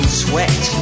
sweat